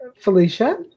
felicia